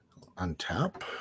Untap